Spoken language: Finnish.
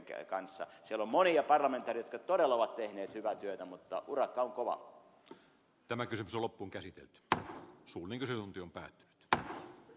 siellä on monia parlamentaarikkoja jotka todella ovat tehneet hyvää työtä mutta urakka on loppuunkäsitelty ja suunnitellun työntää että a